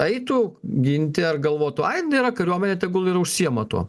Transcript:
eitų ginti ar galvotų ai nėra kariuomenė tegul ir užsiima tuom